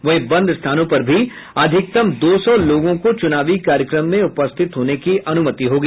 वहीं बंद स्थानों पर भी अधिकतम दो सौ लोगों को चुनावी कार्यक्रम में उपस्थित होने की अनुमति होगी